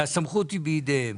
הסמכות היא בידיהם,